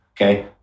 Okay